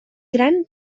gran